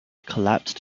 collapsed